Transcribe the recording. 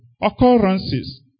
Occurrences